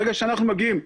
ברגע שאנחנו מגיעים,